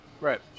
Right